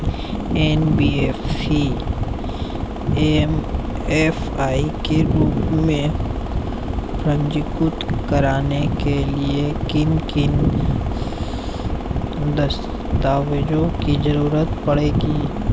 NBFC MFI के रूप में पंजीकृत कराने के लिए किन किन दस्तावेजों की जरूरत पड़ेगी?